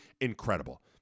incredible